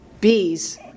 bees